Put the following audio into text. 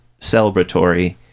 celebratory